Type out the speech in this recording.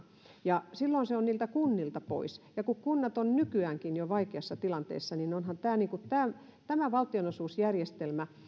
ja silloin se on kunnilta pois kun kunnat ovat nykyäänkin jo vaikeassa tilanteessa niin onhan tämä valtionosuusjärjestelmä